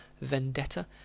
vendetta